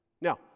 Now